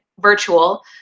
virtual